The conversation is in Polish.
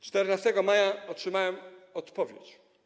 14 maja otrzymałem odpowiedź.